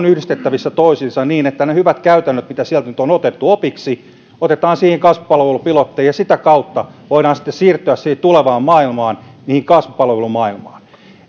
yhdistettävissä toisiinsa niin että ne ne hyvät käytännöt mitä sieltä nyt on otettu opiksi otetaan siihen kasvupalvelupilottiin ja sitä kautta voidaan sitten siirtyä tulevaan maailmaan siihen kasvupalvelumaailmaan